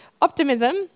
Optimism